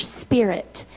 spirit